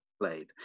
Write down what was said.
played